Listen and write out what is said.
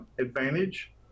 advantage